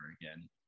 again